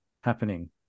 happening